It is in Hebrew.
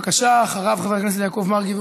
חבר הכנסת ג'מעה אזברגה, אדוני, בבקשה.